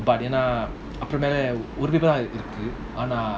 எனாஅப்போதானேஒருஇதான்இருக்குஆனா:yena apothane oru idhan iruku ana